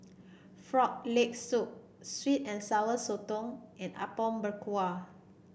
Frog Leg Soup sweet and Sour Sotong and Apom Berkuah